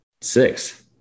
six